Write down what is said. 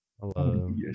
Hello